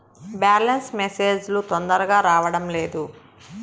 Balance message లు తొందరగా రావడం లేదు?